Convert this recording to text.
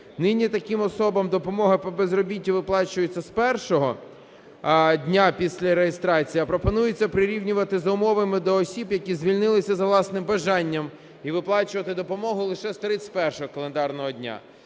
Нині таким особам допомога по безробіттю виплачується з 1-го дня після реєстрації, а пропонується прирівнювати за умовами до осіб, які звільнилися за власним бажанням, і виплачувати допомогу лише з 31-го календарного дня.